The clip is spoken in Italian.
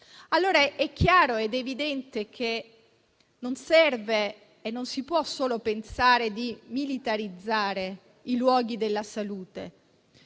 lavoro. È chiaro ed evidente che non serve e non si può solo pensare di militarizzare i luoghi della salute.